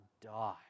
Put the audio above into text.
die